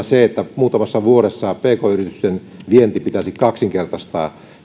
se että muutamassa vuodessa pk yritysten vienti pitäisi kaksinkertaistaa